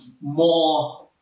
more